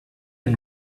and